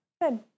good